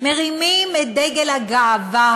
מרימים את דגל הגאווה